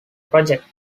project